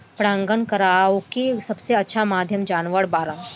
परागण करावेके सबसे अच्छा माध्यम जानवर बाड़न